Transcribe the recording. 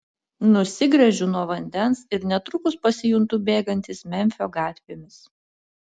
nusigręžiu nuo vandens ir netrukus pasijuntu bėgantis memfio gatvėmis